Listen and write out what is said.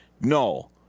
no